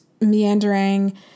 meandering